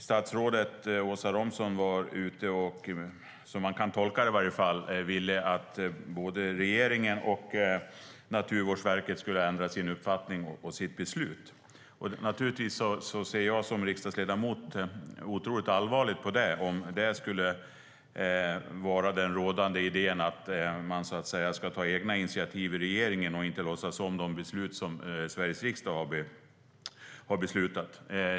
Statsrådet Åsa Romson var ute och - i varje fall som man kan tolka det - ville att både regeringen och Naturvårdsverket skulle ändra sin uppfattning och sina beslut. Naturligtvis ser jag som riksdagsledamot otroligt allvarligt på om det skulle vara den rådande idén, att man ska ta egna initiativ i regeringen och inte låtsas om de beslut som Sveriges riksdag har fattat.